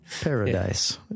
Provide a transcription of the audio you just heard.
paradise